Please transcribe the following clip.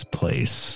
place